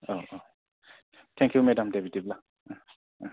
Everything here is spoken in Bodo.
औ औ थेंकिउ मेडाम दे बिदिब्ला